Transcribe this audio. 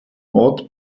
ort